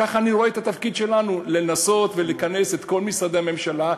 כך אני רואה את התפקיד שלנו: לנסות ולכנס את כל משרדי הממשלה.